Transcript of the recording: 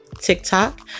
tiktok